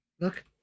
Look